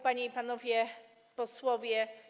Panie i Panowie Posłowie!